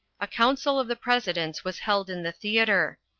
a council of the presidents was held in the theater.